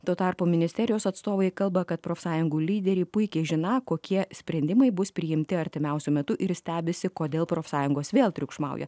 tuo tarpu ministerijos atstovai kalba kad profsąjungų lyderiai puikiai žiną kokie sprendimai bus priimti artimiausiu metu ir stebisi kodėl profsąjungos vėl triukšmauja